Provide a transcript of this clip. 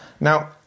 Now